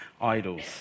idols